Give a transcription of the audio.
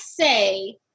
say